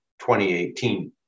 2018